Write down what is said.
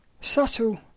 Subtle